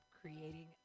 creating